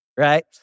Right